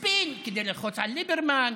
ספין כדי ללחוץ על ליברמן,